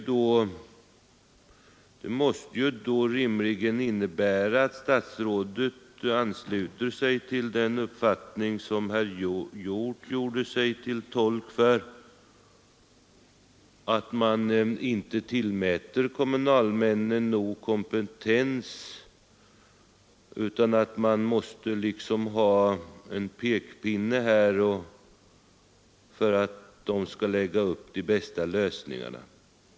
Det måste ju rimligen innebära att statsrådet ansluter sig till den uppfattning som herr Hjorth gjorde sig till tolk för, att man inte tillmäter kommunalmännen nog kompetens, utan att man måste ha en pekpinne för att de skall lägga upp de bästa lösningarna.